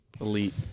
elite